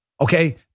Okay